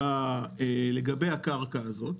לגבי הקרקע הזו,